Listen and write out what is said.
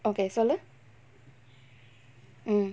okay சொல்லு:sollu mm